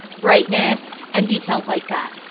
brightness, and details like that.